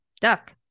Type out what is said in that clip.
duck